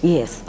Yes